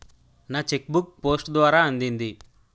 నా cheque book post ద్వారా అందింది